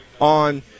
on